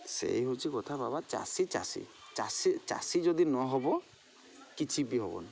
ସେଇ ହେଉଛି କଥା ବାବା ଚାଷୀ ଚାଷୀ ଚାଷୀ ଚାଷୀ ଯଦି ନ ହେବ କିଛି ବି ହେବନି